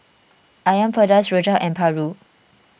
Asam Pedas Rojak and Paru